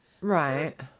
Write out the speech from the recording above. right